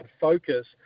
focus